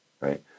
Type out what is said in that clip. right